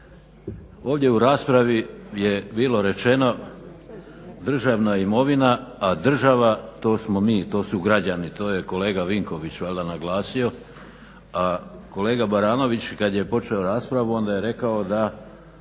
Ovdje u raspravi je bilo rečeno državna imovina, a država to smo mi, to su građani, to je kolega Vinković valjda naglasio, a kolega Baranović kad je počeo raspravu onda je rekao da